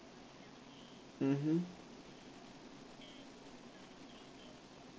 mmhmm